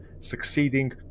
succeeding